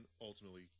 ultimately